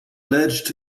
alleged